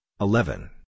eleven